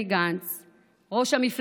זו גם סגירת מעגל וזכות שקיבלתי את המינוי לשרת